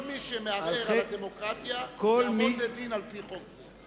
כל מי שמערער על הדמוקרטיה יעמוד לדין על-פי חוק זה.